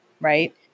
right